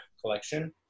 collection